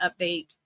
update